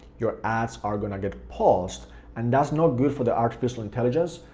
your ads are gonna get paused and that's not good for the artificial intelligence,